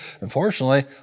Unfortunately